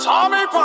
Tommy